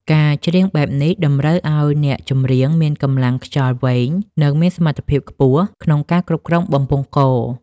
ការច្រៀងបែបនេះតម្រូវឱ្យអ្នកចម្រៀងមានកម្លាំងខ្យល់វែង និងមានសមត្ថភាពខ្ពស់ក្នុងការគ្រប់គ្រងបំពង់ក។